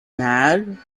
mad